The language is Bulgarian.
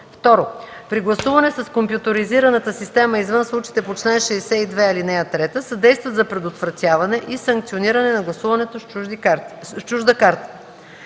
2. при гласуване с компютризираната система извън случаите по чл. 62, ал. 3 съдействат за предотвратяване и санкциониране на гласуването с чужда карта;